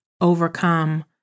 overcome